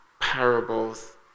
parables